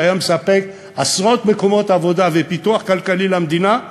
שהיה מספק עשרות מקומות עבודה ופיתוח כלכלי למדינה,